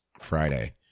Friday